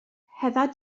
heather